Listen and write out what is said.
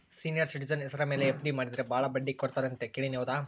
Senior citizen ಹೆಸರ ಮೇಲೆ FD ಮಾಡಿದರೆ ಬಹಳ ಬಡ್ಡಿ ಕೊಡ್ತಾರೆ ಅಂತಾ ಕೇಳಿನಿ ಹೌದಾ?